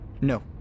No